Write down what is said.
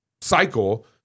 cycle